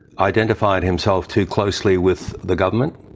identified himself too closely with the government.